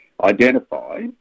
identify